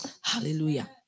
Hallelujah